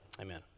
amen